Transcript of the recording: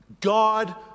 God